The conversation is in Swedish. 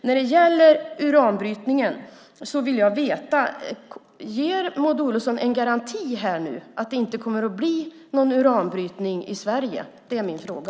När det gäller uranbrytningen vill jag veta: Ger Maud Olofsson en garanti här nu för att det inte kommer att bli någon uranbrytning i Sverige? Det är min fråga.